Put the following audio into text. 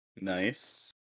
Nice